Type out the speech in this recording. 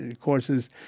courses